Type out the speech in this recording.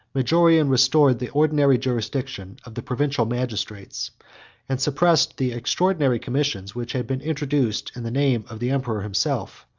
majorian restored the ordinary jurisdiction of the provincial magistrates and suppressed the extraordinary commissions which had been introduced, in the name of the emperor himself,